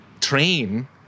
train